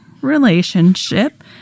relationship